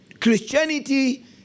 Christianity